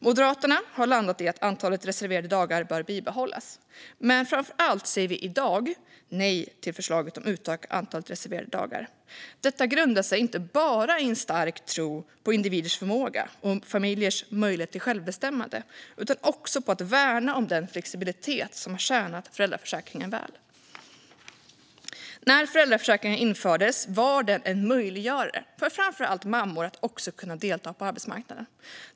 Moderaterna har landat i att antalet reserverade dagar bör bibehållas. Men framför allt säger vi i dag nej till förslaget att utöka antalet reserverade dagar. Detta grundar sig inte bara i en stark tro på individers förmåga och familjers möjlighet till självbestämmande utan också i att värna om den flexibilitet som har tjänat föräldraförsäkringen väl. När föräldraförsäkringen infördes var den en möjliggörare för framför allt mammor att också delta på arbetsmarknaden.